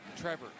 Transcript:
Trevor